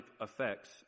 effects